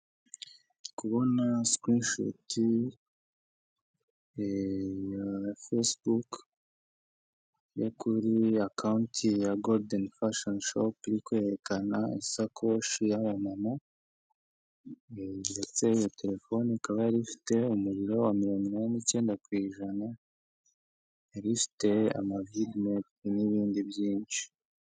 Ndikubona sikirinishuti ya facebook yo kuri ya kaunti ya goludeni fashoni shopu iri kwerekana isakoshi ya mama ndetse iyo telefoni ikaba yari ifite umuriro wa mirongo inani icyenda ku ijana yari ifite amavidimayiti n'ibindi byinshi.